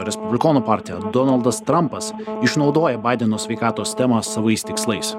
respublikonų partija donaldas trampas išnaudoja baideno sveikatos temą savais tikslais